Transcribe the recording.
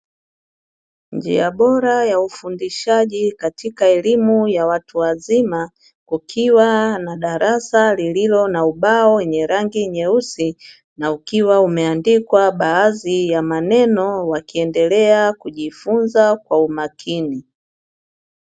Njia ya bora ya ufundishaji katika elimu ya watu wazima, kukiwa na darasa lililo na ubao wenye rangi nyeusi na ukiwa umeandikwa baadhi ya maneno wakiendelea kujifunza kwa umakini.